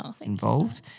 involved